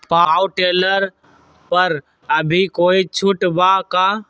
Power tiller पर अभी कोई छुट बा का?